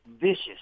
vicious